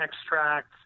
extract